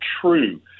true